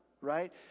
Right